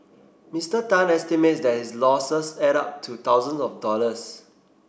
Mister Tan estimates that his losses add up to thousand of dollars